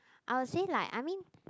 I'll say like I mean